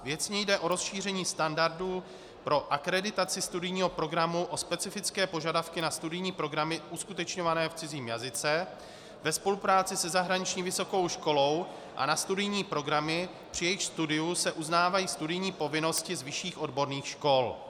Věcně jde o rozšíření standardů pro akreditaci studijního programu o specifické požadavky na studijní programy uskutečňované v cizím jazyce ve spolupráci se zahraniční vysokou školou a na studijní programy, při jejichž studiu se uznávají studijní povinnosti z vyšších odborných škol.